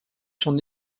son